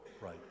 right